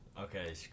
Okay